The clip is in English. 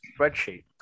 spreadsheet